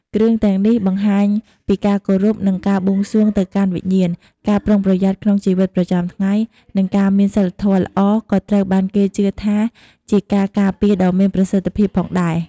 គ្រឿងទាំងនេះបង្ហាញពីការគោរព និងការបួងសួងទៅកាន់វិញ្ញាណ ការប្រុងប្រយ័ត្នក្នុងជីវិតប្រចាំថ្ងៃ និងការមានសីលធម៌ល្អ ក៏ត្រូវបានគេជឿថាជាការការពារដ៏មានប្រសិទ្ធភាពផងដែរ។